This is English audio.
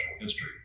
History